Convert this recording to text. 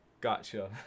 Gotcha